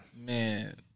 Man